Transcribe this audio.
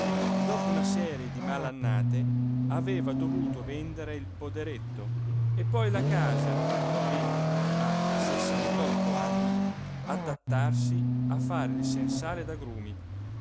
e dopo una serie di mal'annate aveva dovuto vendere il poderetto e poi la casa e a sessantotto anni adattarsi a fare il sensale d'agrumi